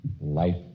Life